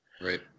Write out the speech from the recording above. Right